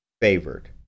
favored